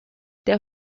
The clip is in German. der